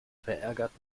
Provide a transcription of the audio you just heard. verärgert